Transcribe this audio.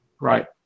Right